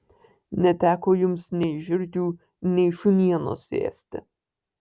neteko jums nei žiurkių nei šunienos ėsti